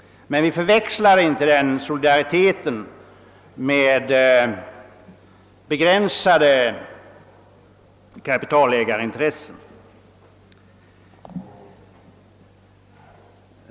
Men den solidariteten skall inte förväxlas med begränsade kapitalägarintressen.